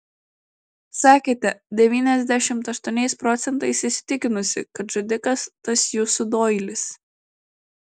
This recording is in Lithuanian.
sakėte devyniasdešimt aštuoniais procentais įsitikinusi kad žudikas tas jūsų doilis